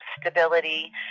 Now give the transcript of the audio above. stability